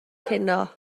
cinio